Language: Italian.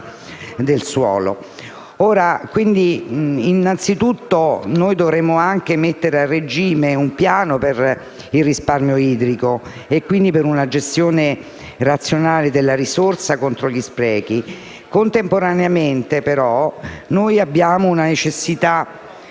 2016 Innanzitutto, dovremmo mettere a regime un piano per il risparmio idrico, quindi per una gestione razionale delle risorse contro gli sprechi. Contemporaneamente, però, abbiamo necessità